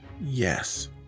Yes